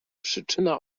przyczyna